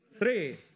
Three